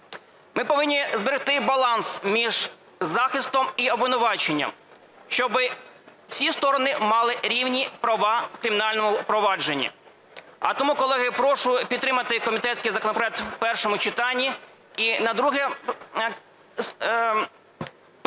Ми повинні зберегти баланс між захистом і обвинуваченням, щоби всі сторони мали рівні права у кримінальному провадженні, а тому, колеги, прошу підтримати комітетський законопроект в першому читанні і на друге подавати